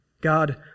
God